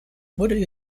wurde